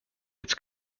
its